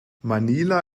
manila